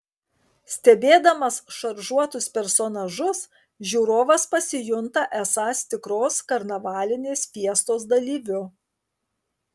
stebėdamas šaržuotus personažus žiūrovas pasijunta esąs tikros karnavalinės fiestos dalyviu